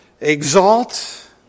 exalt